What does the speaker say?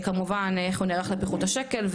כמובן איך הוא נערך לפיחות השקל?